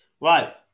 Right